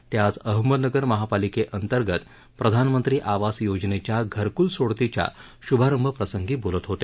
ते आज अहमदनगर महापालिकेअंतर्गत प्रधानमंत्री आवास योजनेच्या घरकुल सोडतीच्या शुभारंभ प्रसंगी बोलत होते